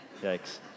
Yikes